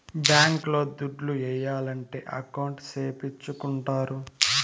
bank లో దుడ్లు ఏయాలంటే అకౌంట్ సేపిచ్చుకుంటారు